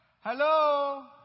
Hello